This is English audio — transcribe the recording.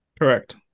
Correct